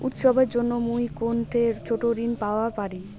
উৎসবের জন্য মুই কোনঠে ছোট ঋণ পাওয়া পারি?